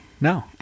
No